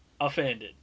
offended